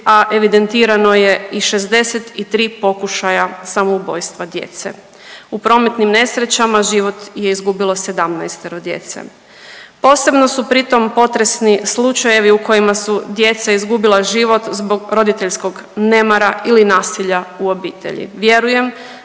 a evidentirano je i 63 pokušaja samoubojstva djece. U prometnim nesrećama život je izgubilo 17 djece. Posebno su pritom potresni slučajevi u kojima su djeca izgubila život zbog roditeljskog nemara ili nasilja u obitelji.